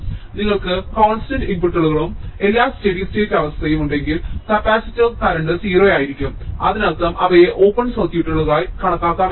അതിനാൽ നിങ്ങൾക്ക് കോൺസ്റ്റന്റ് ഇൻപുട്ടുകളും എല്ലാ സ്റ്റെഡി സ്റ്റേറ്റ് അവസ്ഥയും ഉണ്ടെങ്കിൽ കപ്പാസിറ്റർ കറന്റ് 0 ആയിരിക്കും അതിനർത്ഥം അവയെ ഓപ്പൺ സർക്യൂട്ടുകളായി കണക്കാക്കാമെന്നാണ്